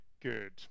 good